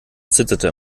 zitterte